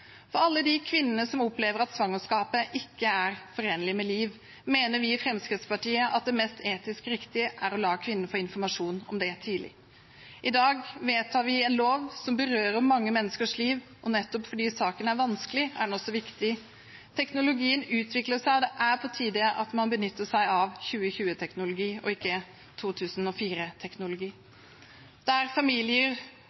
For alle de kvinnene som opplever at svangerskapet ikke er forenlig med liv, mener vi i Fremskrittspartiet at det mest etisk riktige er å la kvinnen få informasjon om det tidlig. I dag vedtar vi en lov som berører mange menneskers liv, og nettopp fordi saken er vanskelig, er den også viktig. Teknologien utvikler seg, og det er på tide at man benytter seg av 2020-teknologi og ikke